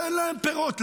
תן להם פירות.